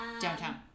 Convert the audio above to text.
downtown